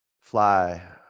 fly